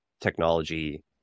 technology